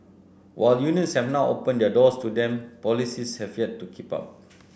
while unions have now opened their doors to them policies have yet to keep up